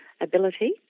Ability